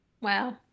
Wow